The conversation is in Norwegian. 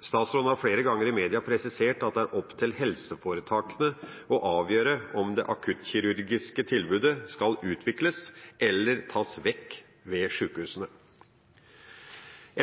Statsråden har flere ganger i media presisert at det er opp til helseforetakene å avgjøre om det akuttkirurgiske tilbudet skal utvikles eller tas vekk ved sykehusene.